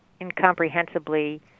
incomprehensibly